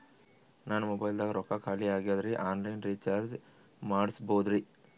ನನ್ನ ಮೊಬೈಲದಾಗ ರೊಕ್ಕ ಖಾಲಿ ಆಗ್ಯದ್ರಿ ಆನ್ ಲೈನ್ ರೀಚಾರ್ಜ್ ಮಾಡಸ್ಬೋದ್ರಿ?